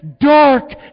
dark